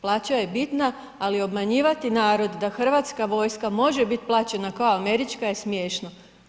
Plaća je bitna, ali obmanjivati narod da hrvatska vojska može biti plaćena kao američka je smiješno.